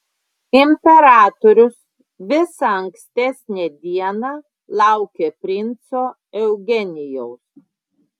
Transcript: imperatorius visą ankstesnę dieną laukė princo eugenijaus